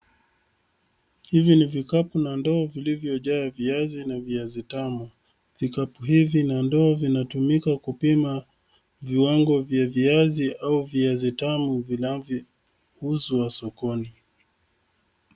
Hivi ni vikapu na ndoo vilivyojaa viazi na viazi tamu. Vikapu hivi na ndoo vinatumika kupima viwango vya viazi au viazi tamu vinavyouzwa sokoni.